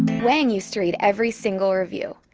wang used to read every single review.